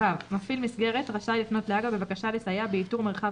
מפעיל מסגרת רשאי לפנות להג"א בבקשה לסיוע באיתור מרחב